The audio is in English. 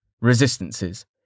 resistances